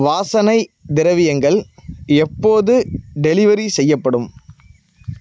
வாசனை திரவியங்கள் எப்போது டெலிவரி செய்யப்படும்